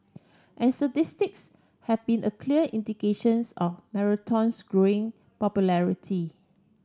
and statistics have been a clear indications of marathon's growing popularity